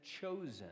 chosen